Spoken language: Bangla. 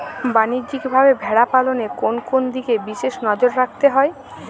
বাণিজ্যিকভাবে ভেড়া পালনে কোন কোন দিকে বিশেষ নজর রাখতে হয়?